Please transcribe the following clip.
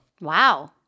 wow